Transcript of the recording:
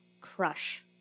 crush